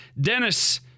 Dennis